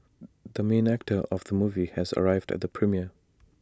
the main actor of the movie has arrived at the premiere